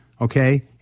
okay